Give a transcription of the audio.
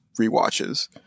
rewatches